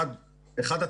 אחד,